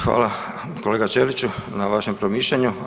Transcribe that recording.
Hvala, kolega Ćeliću na vašem promišljanju.